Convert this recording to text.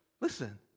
Listen